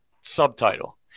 subtitle